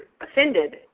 offended